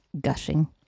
gushing